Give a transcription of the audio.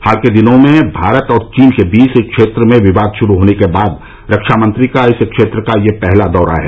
हाल के दिनों में भारत और चीन के बीच इस क्षेत्र में विवाद शुरू होने के बाद रक्षा मंत्री का इस क्षेत्र का यह पहला दौरा है